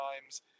times